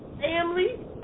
family